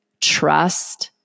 trust